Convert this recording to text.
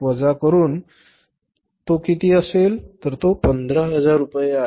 आम्हाला दिलेला डब्ल्यूआयपीचा क्लोजिंग स्टॉक पंधरा हजार रुपये आहे